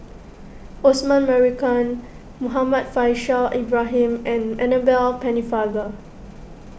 Osman Merican Muhammad Faishal Ibrahim and Annabel Pennefather